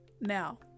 Now